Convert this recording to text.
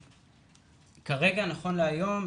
כרגע נכון להיום,